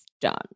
done